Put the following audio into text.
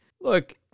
Look